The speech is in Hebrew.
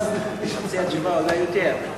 חצי מהתשובה, אולי יותר.